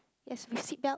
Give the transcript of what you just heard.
yes with seat belt